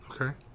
Okay